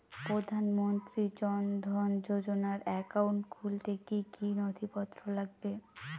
প্রধানমন্ত্রী জন ধন যোজনার একাউন্ট খুলতে কি কি নথিপত্র লাগবে?